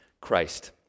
Christ